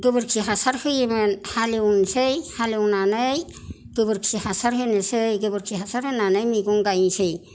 गोबोरखि हासार होयोमोन हालेवनोसै हालेवनानै गोबोरखि हासार होनोसै गोबोरखि हासार होनानै मैगं गायनोसै